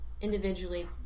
individually